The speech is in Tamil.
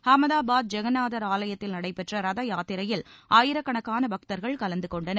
அஹ்மதாபாத் ஜெகந்நாதர் ஆலயத்தில் நடைபெற்ற ரத யாத்திரையில் ஆயிரக்கணக்கான பக்தர்கள் கலந்து கொண்டனர்